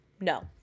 no